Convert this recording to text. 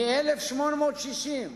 מ-1860,